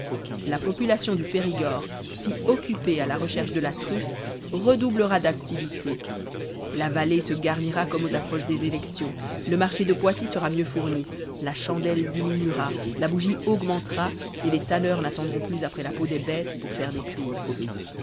la population du périgord si occupée à la recherche de la truffe redoublera d'activité la vallée se garnira comme aux approches des élections le marché de poissy sera mieux fourni la chandelle diminuera la bougie augmentera et les taneurs n'attendront plus après la peau des bêtes pour faire des cuirs